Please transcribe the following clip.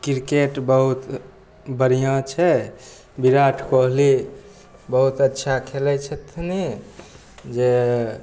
cricket बहुत बढ़िऑं छै बिराट कोहली बहुत अच्छा खेलै छथिन जे